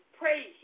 pray